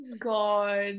God